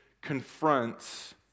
confronts